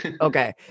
Okay